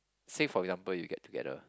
say for example you get together